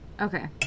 Okay